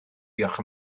diolch